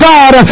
God